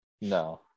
No